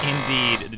indeed